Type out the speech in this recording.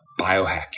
biohacking